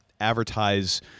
advertise